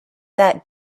that